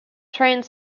strained